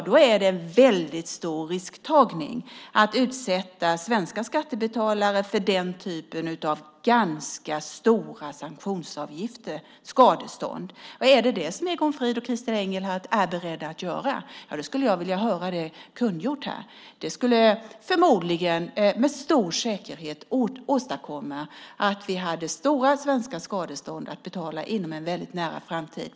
Det är en väldigt stor risktagning att utsätta svenska skattebetalare för den typen av ganska stora sanktionsavgifter och skadestånd. Är det detta Egon Frid och Christer Engelhardt är beredda att göra skulle jag vilja höra det kungjort här. Det skulle förmodligen med stor säkerhet åstadkomma att vi hade stora svenska skadestånd att betala inom en väldigt nära framtid.